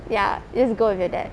ya just go with your dad